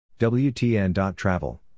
WTN.Travel